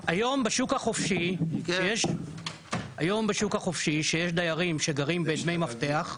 בשוק החופשי כשיש דיירים שגרים בדמי מפתח,